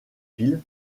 fil